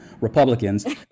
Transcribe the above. republicans